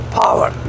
power